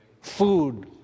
Food